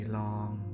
long